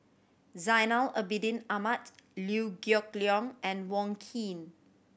Zainal Abidin Ahmad Liew Geok Leong and Wong Keen